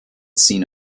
seen